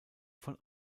von